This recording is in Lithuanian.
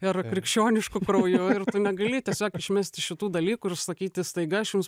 ir krikščionišku krauju ir tu negali tiesiog išmesti šitų dalykų ir sakyti staiga aš jums